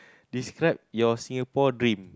describe your Singapore dream